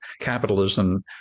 capitalism